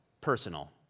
personal